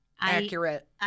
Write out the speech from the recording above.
accurate